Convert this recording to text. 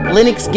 Linux